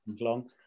long